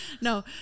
No